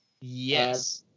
Yes